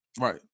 right